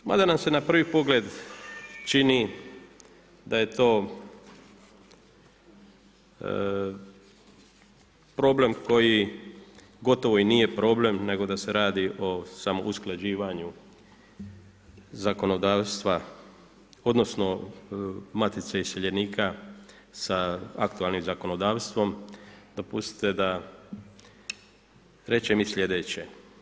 Mada nam se na prvi pogled čini da je to problem koji gotovo i nije problem nego da se radi o samo usklađivanju zakonodavstva, odnosno Matice iseljenika sa aktualnim zakonodavstvom, dopustite da kažem sljedeće.